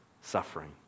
suffering